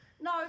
No